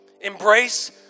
Embrace